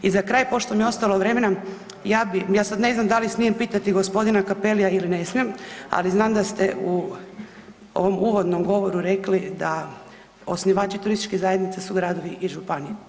I za kraj, pošto mi je ostalo vremena, ja bi, ja sad ne znam da li smijem pitati g. Cappellija ili ne smije, ali znam da ste u ovom uvodnom govoru rekli da osnivači turističke zajednice su gradovi i županije.